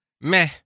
Meh